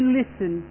listen